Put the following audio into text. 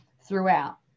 throughout